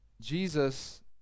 Jesus